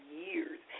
years